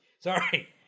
Sorry